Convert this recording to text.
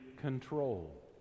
control